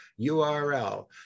url